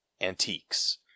antiques